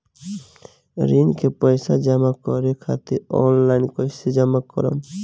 ऋण के पैसा जमा करें खातिर ऑनलाइन कइसे जमा करम?